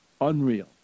unreal